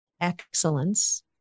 excellence